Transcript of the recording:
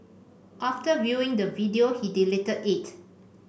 after viewing the video he deleted it